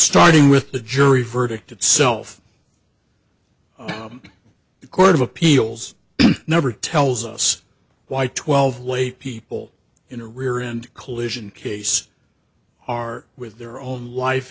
starting with the jury verdict itself the court of appeals never tells us why twelve laypeople in a rear end collision case are with their own life